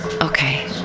Okay